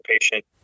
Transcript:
patient